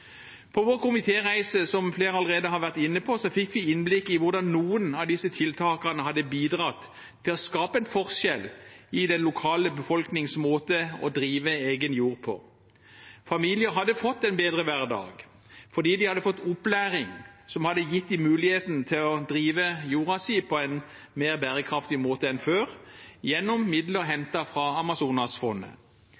På vår komitéreise, som flere allerede har vært inne på, fikk vi innblikk i hvordan noen av disse tiltakene hadde bidratt til å skape en forskjell i lokalbefolkningens måte å drive egen jord på. Familier hadde fått en bedre hverdag fordi de hadde fått opplæring som hadde gitt dem muligheten til å drive jorda si på en mer bærekraftig måte enn før gjennom midler